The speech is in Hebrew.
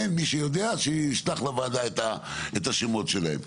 מי שיודע, שישלח לוועדה את השמות שלהם.